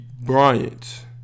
Bryant